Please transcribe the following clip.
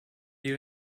die